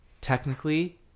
Technically